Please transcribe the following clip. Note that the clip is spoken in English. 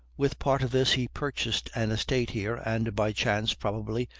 with part of this he purchased an estate here, and, by chance probably,